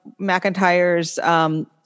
McIntyre's